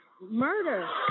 murder